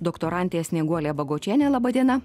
doktorantė snieguolė bagočienė laba diena